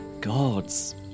gods